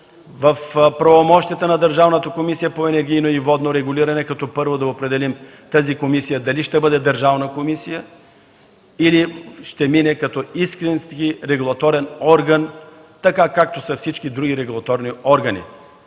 в правомощията на Държавната комисия по енергийно и водно регулиране, като първо определим тази комисия дали ще бъде държавна комисия или ще бъде като истински регулаторен орган, както са всички други регулаторни органи.